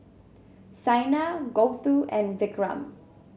Saina Gouthu and Vikram